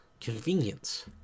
Convenience